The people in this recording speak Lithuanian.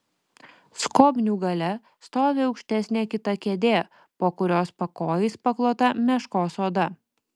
skobnių gale stovi aukštesnė kita kėdė po kurios pakojais paklota meškos oda